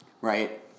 right